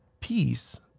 peace